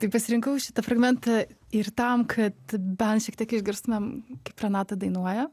tai pasirinkau šitą fragmentą ir tam kad bent šiek tiek išgirstumėm kaip renata dainuoja